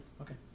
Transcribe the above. okay